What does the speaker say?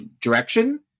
direction